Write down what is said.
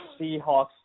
Seahawks